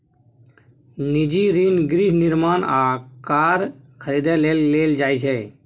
निजी ऋण गृह निर्माण आ कार खरीदै लेल लेल जाइ छै